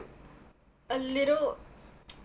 a little